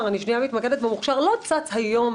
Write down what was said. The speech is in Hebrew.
המוכש"ר אני מתמקדת במוכש"ר לא צץ היום,